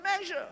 measure